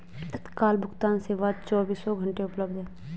तत्काल भुगतान सेवा चोबीसों घंटे उपलब्ध है